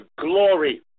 glory